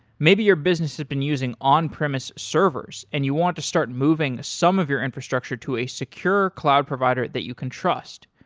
maybe your business had been using on-premise servers and you want to start moving some of your infrastructure to a secure cloud provider that you can trust.